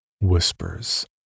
Whispers